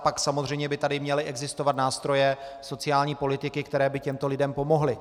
Pak samozřejmě by tady měly existovat nástroje sociální politiky, které by těmto lidem pomohly.